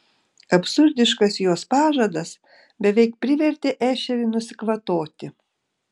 absurdiškas jos pažadas beveik privertė ešerį nusikvatoti